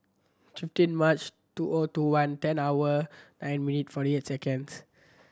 fifteen March two O two one ten hour nine minute forty eight seconds